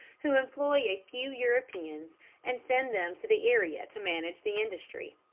who employ a few europeans and send them to the area to manage the industry.